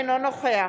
אינו נוכח